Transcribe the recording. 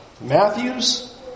Matthews